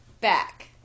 back